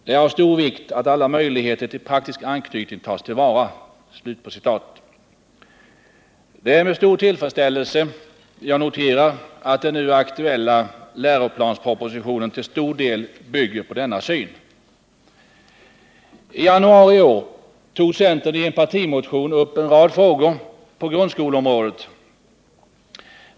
Det är av stor vikt att alla möjligheter till praktisk anknytning tas till vara.” Det är med stor tillfredsställelse jag noterar, att den nu aktuella läroplanspropositionen till stor del bygger på denna syn. I januari i år tog centern i en partimotion upp en rad frågor på grundskoleområdet.